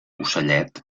ocellet